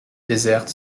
déserte